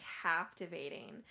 captivating